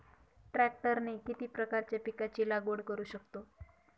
ट्रॅक्टरने किती प्रकारच्या पिकाची लागवड करु शकतो?